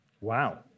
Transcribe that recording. Wow